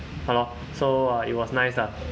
!hannor! so uh it was nice lah